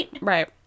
Right